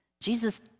Jesus